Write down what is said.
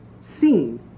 seen